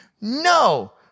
No